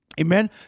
Amen